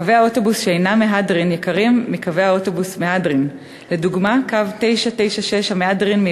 הנסיעות בקווי האוטובוס שאינם מהדרין יקרות מאשר בקווי אוטובוס מהדרין.